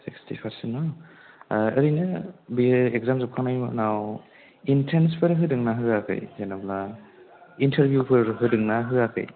sixty percent ना ओरैनो बेयो इग्जाम जोबखांनायनि उनाव एन्थ्रेन्सफोर होदोंना होआखै जेनेबा इन्टारभिउफोर होदोंना होयाखै